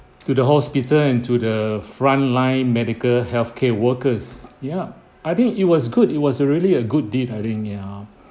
to the hospital and to the frontline medical healthcare workers ya I think it was good it was really a good deed I think ya